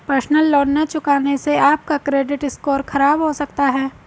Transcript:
personal loan न चुकाने से आप का क्रेडिट स्कोर खराब हो सकता है